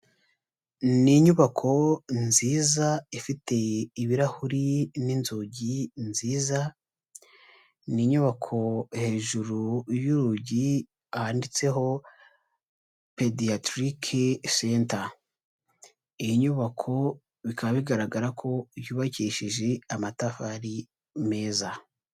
Ni inyubako nziza ifite ibirahuri n'inzugi nziza, ni inyubako hejuru yurugi handitseho pediatric center. Iyi nyubako bikaba bigaragara ko yubakishije amatafari meza.